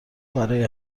برای